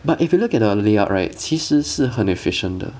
but if you look at the layout right 其实是很 efficient 的